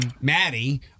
Maddie